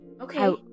Okay